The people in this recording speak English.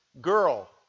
girl